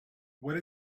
what